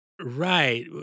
right